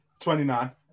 29